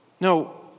No